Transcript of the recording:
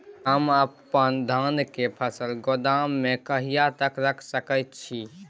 हम अपन धान के फसल गोदाम में कहिया तक रख सकैय छी?